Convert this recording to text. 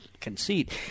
conceit